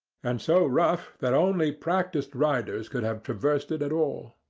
and so rough that only practised riders could have traversed it at all.